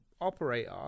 operator